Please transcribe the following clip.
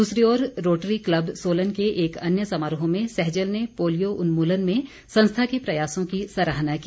दूसरी ओर rotary club Solan के एक अन्य समारोह में सहजल ने पोलियो उन्मूलन में संस्था के प्रयासों की सराहना की